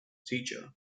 teacher